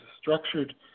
structured